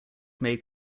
made